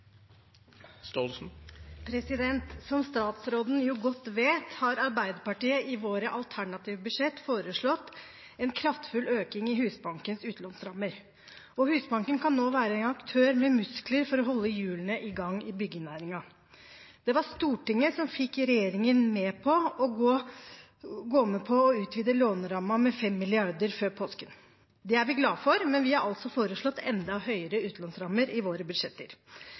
Som statsråden jo godt vet, har Arbeiderpartiet i sine alternative budsjetter foreslått en kraftfull økning i Husbankens utlånsrammer, og Husbanken kan nå være en aktør med muskler for å holde hjulene i gang i byggenæringen. Det var Stortinget som fikk regjeringen med på å utvide lånerammen med 5 mrd. kr før påske. Det er vi glade for, men vi har altså foreslått enda høyere utlånsrammer i våre budsjetter.